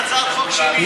זאת הצעת חוק שלי.